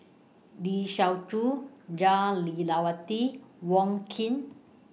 Lee Siew Choh Jah Lelawati Wong Keen